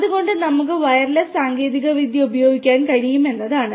അതിനാൽ നമുക്ക് വയർലെസ് സാങ്കേതികവിദ്യ ഉപയോഗിക്കാൻ കഴിയും എന്നതാണ്